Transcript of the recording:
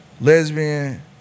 lesbian